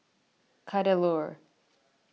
Kadaloor